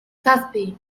zazpi